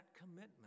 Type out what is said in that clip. commitment